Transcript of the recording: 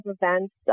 events